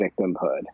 victimhood